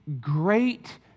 great